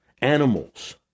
animals